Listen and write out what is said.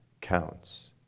counts